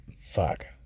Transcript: Fuck